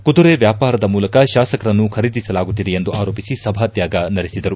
ಕುದುರೆ ವ್ಯಾಪಾರದ ಮೂಲಕ ಶಾಸಕರನ್ನು ಖರೀದಿಸಲಾಗುತ್ತಿದೆ ಎಂದು ಆರೋಪಿಸಿ ಸಭಾತ್ಯಾಗ ನಡೆಸಿದರು